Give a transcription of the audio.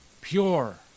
pure